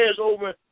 over